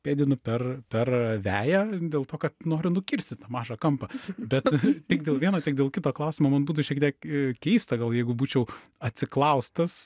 pėdinu per per veją dėl to kad noriu nukirsti tą mažą kampą bet tik dėl vieno tiek dėl kito klausimo man būtų šiek tiek keista gal jeigu būčiau atsiklaustas